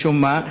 משום מה.